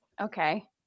Okay